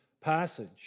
passage